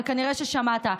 אבל כנראה ששמעת.